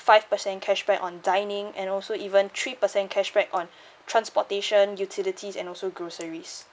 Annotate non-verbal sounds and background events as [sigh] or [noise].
five percent cashback on dining and also even three percent cashback on [breath] transportation utilities and also groceries